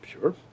Sure